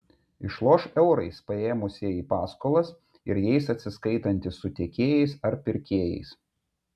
išloš eurais paėmusieji paskolas ir jais atsiskaitantys su tiekėjais ar pirkėjais